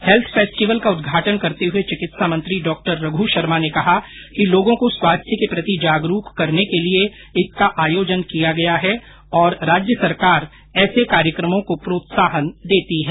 health festival का उद्घाटन करते हुए चिकित्सा मंत्री डॉ रघ् शर्मा ने कहा कि लोगों को स्वास्थ्य के प्रति जागरूक करने के लिये इसका आयोजन किया गया है और राज्य सरकार ऐसे कार्यकमों को प्रोत्साहन देती है